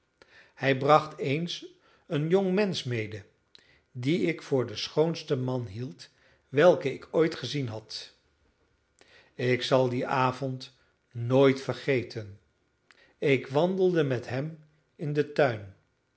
hij bracht eens een jongmensch mede dien ik voor den schoonsten man hield welken ik ooit gezien had ik zal dien avond nooit vergeten ik wandelde met hem in den tuin